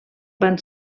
van